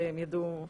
שהם יידעו.